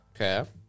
Okay